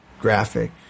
graphic